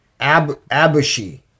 Abushi